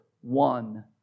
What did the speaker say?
one